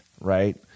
right